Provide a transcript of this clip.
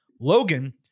Logan